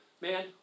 man